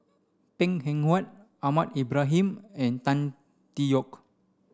Png Eng Huat Ahmad Ibrahim and Tan Tee Yoke